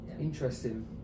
Interesting